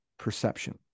Perception